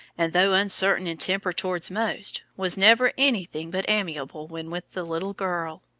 and though uncertain in temper towards most, was never anything but amiable when with the little girl.